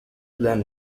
than